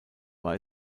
war